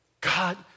God